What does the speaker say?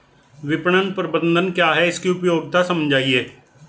विपणन प्रबंधन क्या है इसकी उपयोगिता समझाइए?